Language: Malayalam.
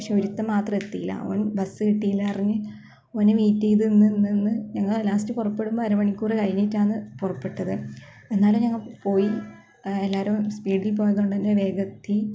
പക്ഷെ ഒരുത്തന് മാത്രം എത്തിയില്ല അവന് ബസ് കിട്ടിയില്ല പറഞ്ഞ് ഓന് വെയിറ്റ് ചെയ്ത് നിന്ന് നിന്ന് നിന്ന് ഞങ്ങൾ ലാസ്റ്റ് പുറപ്പെടുമ്പോൾ അരമണിക്കൂർ കഴിഞ്ഞിട്ടാണ് പുറപ്പെട്ടത് എന്നാലും ഞങ്ങൾ പോയി എല്ലാവരും സ്പീഡിൽ പോയതുകൊണ്ട് തന്നെ വേഗം എത്തി